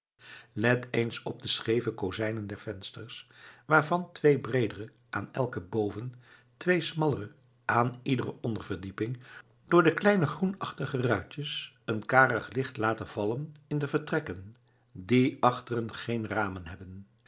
let eens op de scheeve kozijnen der vensters waarvan twee breedere aan elke boven twee smallere aan iedere onderverdieping door de kleine groenachtige ruitjes een karig licht laten vallen in de vertrekken die van achteren geen ramen hebben